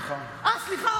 סליחה?